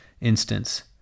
instance